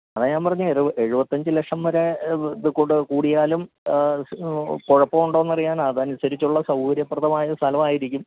അതാ ഞാൻ പറഞ്ഞത് ഒരു എഴുപത്തി അഞ്ച് ലക്ഷം വരെ കൂടെ കൂടിയാലും കുഴപ്പമുണ്ടോന്ന് അറിയാനാണ് അതനുസരിച്ചുള്ള സൗകര്യപ്രദമായ സ്ഥലമായിരിക്കും